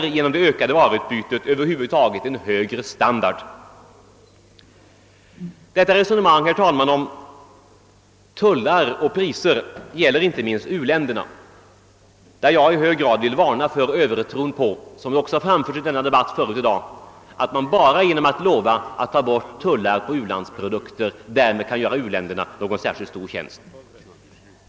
Det ökade varuutbytet medför en högre standard. Detta resonemang, herr talman, om tullar och priser gäller inte minst u-länderna, där jag vill varna för övertron på — som också har framförts i denna debatt tidigare i dag — att man bara genom att lova att ta bort tullarna på u-landsprodukter därmed gör u-länderna någon särskilt stor tjänst.